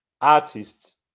artists